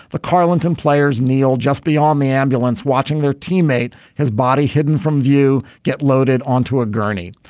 the carlton players kneel just be on the ambulance watching their teammate his body hidden from view get loaded onto a gurney.